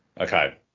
Okay